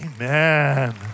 Amen